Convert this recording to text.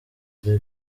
the